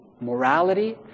morality